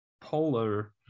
polar